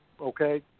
okay